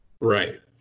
right